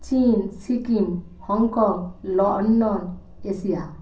চীন Sikkim Hong Kong London Asia